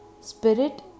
spirit